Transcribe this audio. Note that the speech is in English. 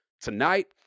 Tonight